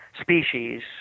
species